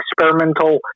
experimental